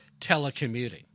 telecommuting